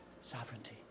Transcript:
sovereignty